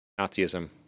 Nazism